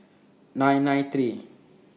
nine nine three